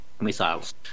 missiles